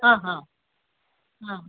ಹಾಂ ಹಾಂ ಹಾಂ